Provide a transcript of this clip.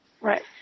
Right